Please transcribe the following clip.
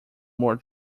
more